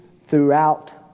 throughout